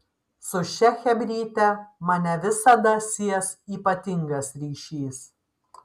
su šia chebryte mane visada sies ypatingas ryšys